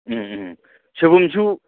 ꯎꯝ ꯎꯝ ꯁꯣꯏꯕꯨꯝꯁꯨ